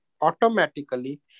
automatically